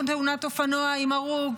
תאונת אופנוע עם הרוג,